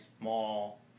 small